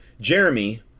Jeremy